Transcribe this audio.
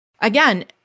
Again